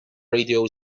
radio